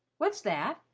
what's that?